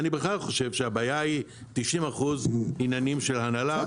אני בכלל חושב שהבעיה היא 90% עניינים של הנהלה.